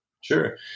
Sure